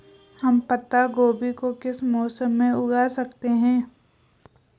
हम पत्ता गोभी को किस मौसम में उगा सकते हैं?